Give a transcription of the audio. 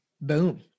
Boom